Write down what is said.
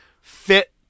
fit